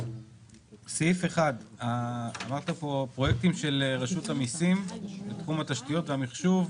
סעיף 1. אמרת פה פרויקטים של רשות המיסים בתחום התשתיות והמחשוב,